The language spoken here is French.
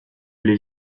les